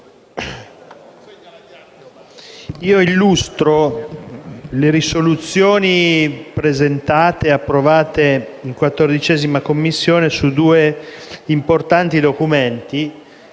illustro le risoluzioni presentate e approvate in 14a Commissione su due importanti documenti,